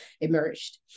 emerged